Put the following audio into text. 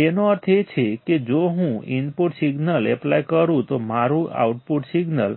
તેનો અર્થ એ છે કે જો હું ઇનપુટ સિગ્નલ એપ્લાય કરું તો મારું આઉટપુટ સિગ્નલ